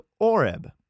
Oreb